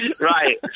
Right